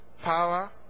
power